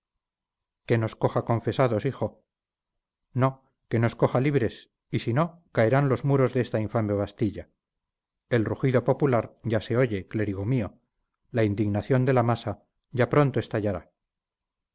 que nos coja confesados hijo no que nos coja libres y si no caerán los muros de esta infame bastilla el rugido popular ya se oye clérigo mío la indignación de la masa ya pronto estallará